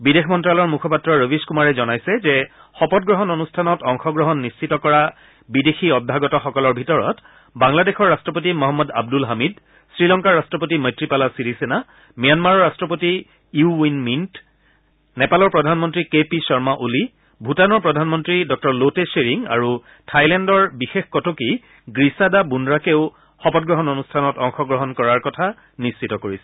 বিদেশ মন্ত্যালয়ৰ মুখপাত্ৰ ৰৱিশ কুমাৰে জনাইছে যে শপতগ্ৰহণ অনুষ্ঠানত অংশগ্ৰহণ নিশ্চিত কৰা বিদেশী অভ্যাগতসকলৰ ভিতৰত বাংলাদেশৰ ৰাষ্টপতি মহম্মদ আব্দল হামিদ শ্ৰীলংকাৰ ৰাট্টপতি মৈত্ৰীপালা ছিৰিছেনা ম্যানমাৰৰ ৰাট্টপতি ইউ উইন মিণ্ট নেপালৰ প্ৰধানমন্ত্ৰী কে পি শৰ্মা অলি ভূটানৰ প্ৰধানমন্ত্ৰী ডঃ লটে শ্বেৰিঙ আৰু থাইলেণ্ডৰ বিশেষ কটকী গ্ৰিছাডা বুন্ৰাকেও শপতগ্ৰহণ অনুষ্ঠানত অংশগ্ৰহণ কৰাৰ কথা নিশ্চিত কৰিছে